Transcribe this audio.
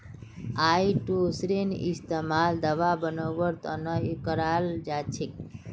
काईटोसनेर इस्तमाल दवा बनव्वार त न कराल जा छेक